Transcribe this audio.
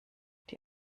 die